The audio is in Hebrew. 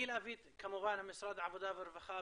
להביא כמובן את משרד העבודה והרווחה,